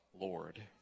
Lord